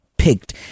Picked